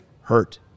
hurt